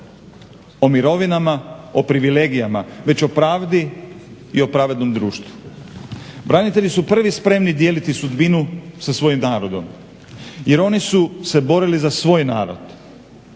o mirovinama, o privilegijama, već o pravdi i o pravednom društvu. Branitelji su prvi spremni dijeliti sudbinu sa svojim narodom jer oni su se borili za svoj narod,